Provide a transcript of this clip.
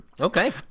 okay